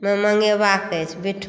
मे मंगेबाक अछि बिट्ठो